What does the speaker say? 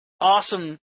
awesome